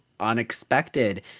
Unexpected